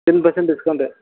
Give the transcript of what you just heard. ten percent discount